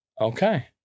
Okay